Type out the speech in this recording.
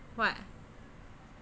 what